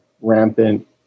rampant